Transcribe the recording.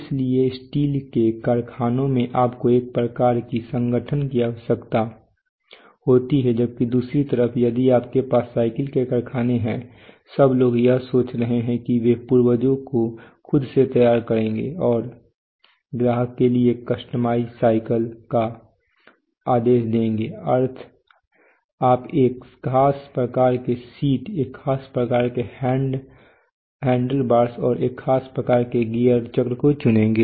इसलिए स्टील के कारखानों में आपको एक प्रकार की संगठन की आवश्यकता होती है जबकि दूसरी तरफ यदि आपके पास साइकिल के कारखाने हैं सब लोग यह सोच रहे हैं कि वे पूरजों को खुद से तैयार करेंगे और ग्राहक के लिए कस्टमाइज साइकल का आदेश देंगे अर्थात आप एक खास प्रकार के सीट एक खास प्रकार के हेंडलबार्स और एक खास प्रकार के गियर चक्र को चुनेंगे